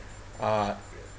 uh